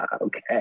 Okay